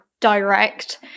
direct